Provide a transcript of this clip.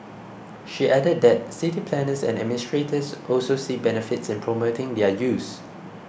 she added that city planners and administrators also see benefits in promoting their use